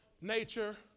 nature